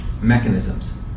mechanisms